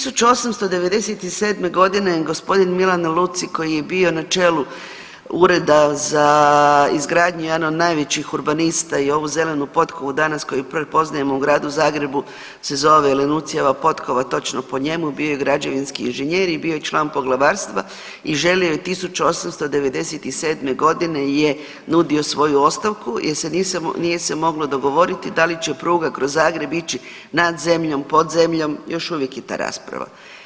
1897. g. Milan Leluci koji je bio na čelu Ureda za izgradnju, jedan od najvećih urbanista i ovu zelenu potkovu danas koju poznajemo u gradu Zagrebu se zove Lelucijeva potkova, točno po njemu, bio je građevinski inženjer i bio je član Poglavarstva i želio je 1897. g. je nudio svoju ostavku jer se nije, nije se moglo dogovoriti da li će pruga kroz Zagreb ići nad zemljom, pod zemljom, još uvijek je ta rasprava.